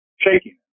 shaking